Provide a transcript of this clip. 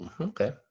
okay